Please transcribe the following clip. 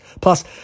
Plus